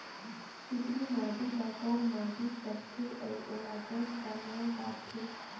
चिकनी माटी ला कौन माटी सकथे अउ ओला कौन का नाव काथे?